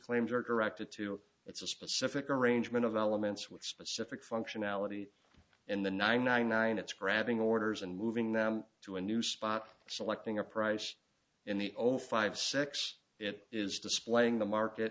claims are directed to it's a specific arrangement of elements with specific functionality in the nine nine nine it's grabbing orders and moving them to a new spot selecting a price in the over five secs it is displaying the market